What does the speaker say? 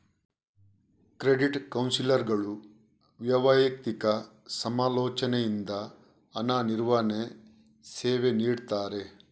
credit ಕೌನ್ಸಿಲರ್ಗಳು ವೈಯಕ್ತಿಕ ಸಮಾಲೋಚನೆಯಿಂದ ಹಣ ನಿರ್ವಹಣೆ ಸೇವೆ ನೀಡ್ತಾರೆ